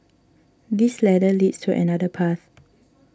this ladder leads to another path